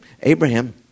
Abraham